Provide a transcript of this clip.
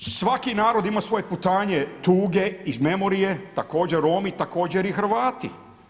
Svaki narod ima svoje putanje tuge i memorije, također Romi, također i Hrvati.